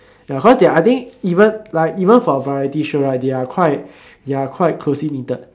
ya cause their I think even like even for variety show right they are quite they are quite closely knitted